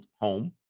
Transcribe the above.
home